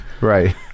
right